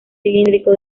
cilíndrico